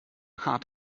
hart